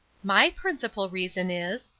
my principal reason is,